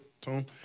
Tom